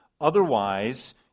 Otherwise